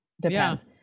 depends